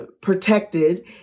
protected